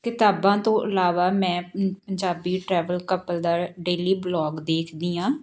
ਕਿਤਾਬਾਂ ਤੋਂ ਇਲਾਵਾ ਮੈਂ ਪੰਜਾਬੀ ਟਰੈਵਲ ਕਪਲ ਦਾ ਡੇਲੀ ਵਲੋਗ ਦੇਖਦੀ ਹਾਂ